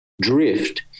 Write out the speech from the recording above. drift